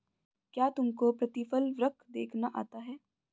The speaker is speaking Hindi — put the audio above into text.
क्या तुमको प्रतिफल वक्र देखना आता है?